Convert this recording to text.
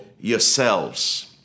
yourselves